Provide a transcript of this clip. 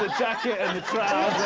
ah jacket and the trousers.